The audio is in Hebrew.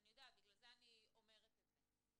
אני יודעת, בגלל זה אני אומרת את זה.